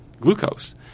glucose